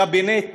קבינט